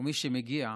ומי שמגיע,